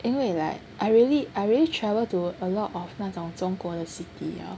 因为 like I really I already travel to a lot of 那种中国的 city liao